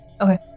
Okay